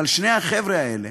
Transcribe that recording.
אבל שני החבר'ה האלה,